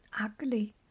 ugly